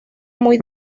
muy